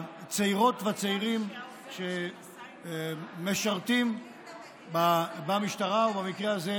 הצעירות והצעירים שמשרתים במשטרה, ובמקרה הזה,